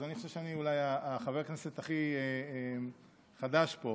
ואני חושב שאני אולי חבר הכנסת הכי חדש פה,